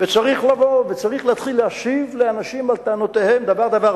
וצריך לבוא וצריך להתחיל להשיב לאנשים על טענותיהם דבר-דבר,